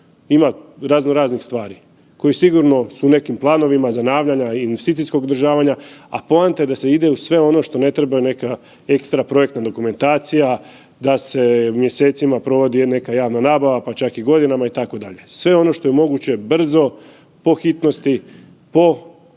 Ima razno raznih stvari koje sigurno su u nekim planovima zanavljanja i investicijskog održavanja, a poanta je da se ide u sve ono što ne treba neka ekstra projektna dokumentacija, da se mjesecima provodi neka javna nabava, pa čak i godinama itd. Sve ono što je moguće brzo, po hitnosti, po